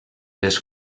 les